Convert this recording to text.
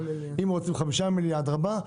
אם רוצים חמישה מהמליאה - אדרבה,